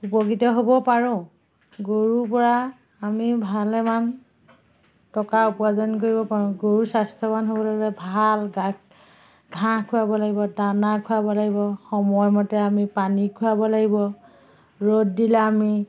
উপকৃত হ'ব পাৰোঁ গৰুৰ পৰা আমি ভালেমান টকা উপাৰ্জন কৰিব পাৰোঁ গৰু স্বাস্থ্যৱান হ'বলৈ হ'লে ভাল গা ঘাঁহ খুৱাব লাগিব দানা খুৱাব লাগিব সময়মতে আমি পানী খুৱাব লাগিব ৰ'দ দিলে আমি